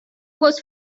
was